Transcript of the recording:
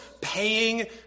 paying